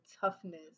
toughness